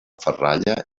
ferralla